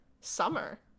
summer